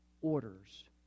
orders